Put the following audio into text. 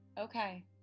Okay